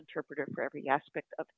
interpreter for every aspect of